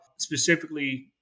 specifically